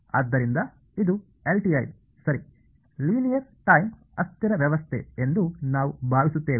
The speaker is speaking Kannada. ಆದ್ದರಿಂದ ಇದು LTI ಸರಿ ಲೀನಿಯರ್ ಟೈಮ್ ಅಸ್ಥಿರ ವ್ಯವಸ್ಥೆ ಎಂದು ನಾವು ಭಾವಿಸುತ್ತೇವೆ